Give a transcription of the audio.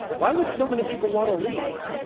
why would so many people want to leave?